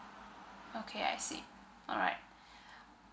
okay I see alright